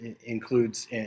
includes